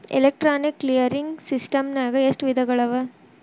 Electronic clearing ಸಿಸ್ಟಮ್ನಾಗ ಎಷ್ಟ ವಿಧಗಳವ?